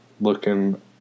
looking